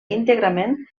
íntegrament